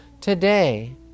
today